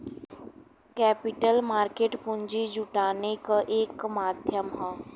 capital market पूंजी जुटाने क एक माध्यम हौ